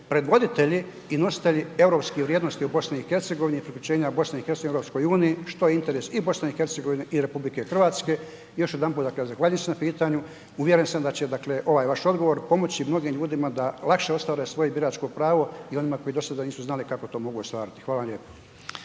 predvoditelji i nositelji europskih vrijednosti u BIH …/Govornik se ne razumije./… BIH EU, što je interes i BIH i RH. Još jedanput, dakle zahvaljujem se na pitanju, uvjeren sam da će ovaj vaš odgovor, pomoćni mnogim ljudima, da lakše ostvare svoje biračko pravo i onima koji dosada nisu znali kako to ostvariti. Hvala vam lijepo.